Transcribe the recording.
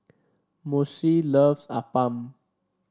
Moshe loves appam